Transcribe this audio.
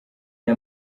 aya